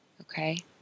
Okay